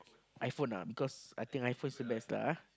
iPhone ah because I think iPhone is the best lah ah